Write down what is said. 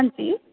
ਹਾਂਜੀ